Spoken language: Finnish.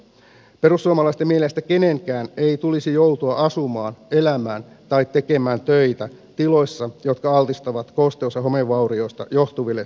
perussuomalaisten mielestä kenenkään ei tulisi joutua asumaan elämään tai tekemään töitä tiloissa jotka altistavat kosteus ja homevaurioista johtuville sairauksille